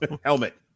Helmet